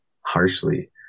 harshly